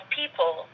people